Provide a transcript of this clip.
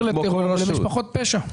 להעביר לטרור ולמשפחות פשע.